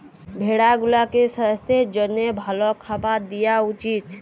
ভেড়া গুলাকে সাস্থের জ্যনহে ভাল খাবার দিঁয়া উচিত